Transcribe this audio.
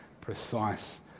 precise